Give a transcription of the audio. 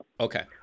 Okay